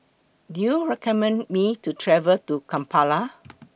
Do YOU recommend Me to travel to Kampala